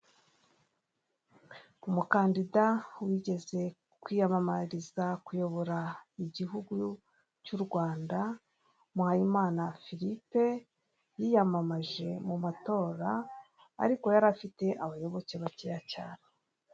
Uruganda rw'amata, utubuni turi mu gatajeri rw'ibara ry'umweru turimo amata, igikoresho babikamo amata kiri iruhande rwabyo.